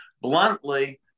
bluntly